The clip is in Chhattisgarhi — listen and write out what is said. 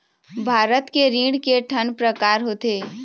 भारत के ऋण के ठन प्रकार होथे?